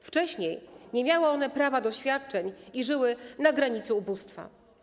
Wcześniej nie miały one prawa do świadczeń i żyły na granicy ubóstwa.